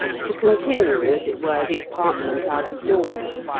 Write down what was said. to continue, as it were, the apartment out of doors.